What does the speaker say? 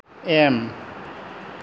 M